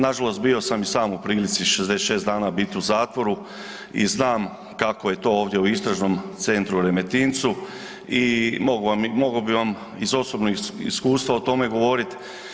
Nažalost bio sam i sam u prilici 66 dana biti u zatvoru i znam kako je to ovdje u istražnom centru u Remetincu i mogao bi vam iz osobnog iskustva o tome govorit.